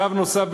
צו נוסף,